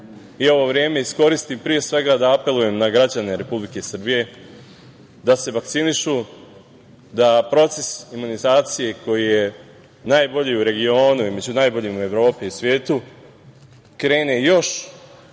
i ovo vreme iskoristim, pre svega, da apelujem na građane Republike Srbije da se vakcinišu, da proces imunizacije, koji je najbolji u regionu i među najboljim u Evropi i svetu, krene još